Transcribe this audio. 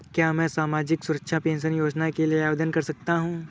क्या मैं सामाजिक सुरक्षा पेंशन योजना के लिए आवेदन कर सकता हूँ?